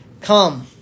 come